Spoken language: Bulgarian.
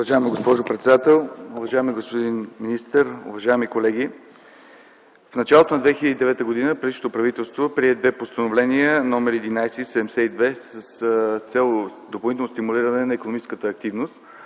Уважаема госпожо председател, уважаеми господин министър, уважаеми колеги! В началото на 2009 г. бившето правителство прие две постановления -№ 11 и № 72, с цел допълнително стимулиране на икономическата активност,